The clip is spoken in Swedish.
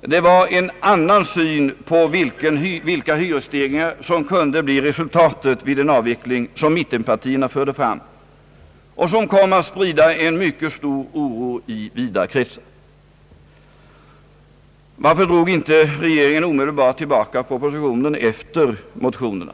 Det var en annan syn på vilka hyresstegringar som kunde bli resultatet vid en avveckling, som mittenpartierna förde fram och som kom att sprida mycket stor oro i vida kretsar. Varför drog inte regeringen omedelbart tillbaka propositionen efter motionerna?